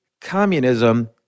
communism